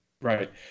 right